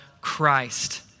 Christ